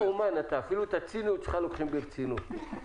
אפילו את הציניות שלך לוקחים ברצינות.